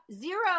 zero